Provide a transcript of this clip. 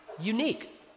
unique